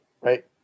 Right